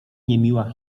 niemiła